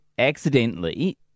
accidentally